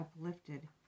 uplifted